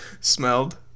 smelled